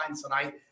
tonight